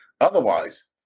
Otherwise